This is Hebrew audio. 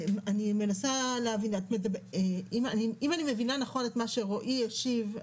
אם אני מבינה נכון את מה שרועי השיב,